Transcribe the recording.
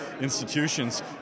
institutions